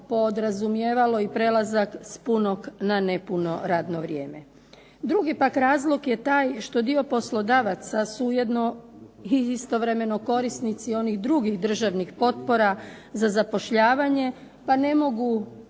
podrazumijevalo i prelazak s punog na nepuno radno vrijeme. Drugi pak razlog je taj što dio poslodavaca su ujedno i istovremeno korisnici onih drugih državnih potpora za zapošljavanje pa ne mogu